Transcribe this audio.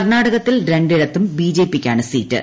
കർണ്ണാടകത്തിൽ രണ്ടിടത്തും ബ്ലിജ്പിയ്ക്കാണ് സീറ്റ്